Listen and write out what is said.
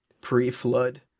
pre-flood